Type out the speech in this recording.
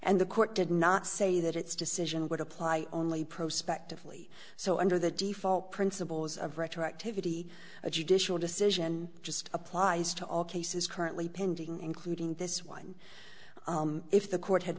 and the court did not say that its decision would apply only prospect of lee so under the default principles of retroactivity a judicial decision just applies to all cases currently pending including this one if the court had